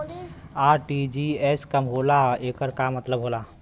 RTGS का होला एकर का मतलब होला?